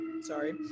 Sorry